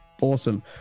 awesome